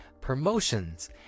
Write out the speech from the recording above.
promotions